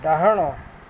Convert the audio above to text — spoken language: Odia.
ଡାହାଣ